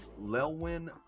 Lelwyn